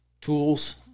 tools